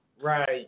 Right